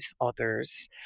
others